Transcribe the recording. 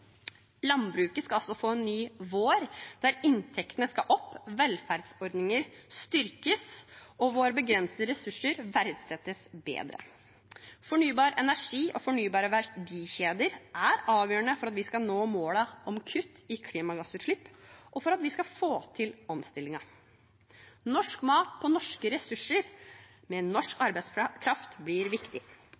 Landbruket skal også få en ny vår. Inntektene skal opp, velferdsordninger styrkes og våre begrensede ressurser verdsettes bedre. Fornybar energi og fornybare verdikjeder er avgjørende for at vi skal nå målene om kutt i klimagassutslipp, og for at vi skal få til omstillingen. Norsk mat på norske ressurser med norsk arbeidskraft blir viktig.